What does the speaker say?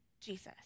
Jesus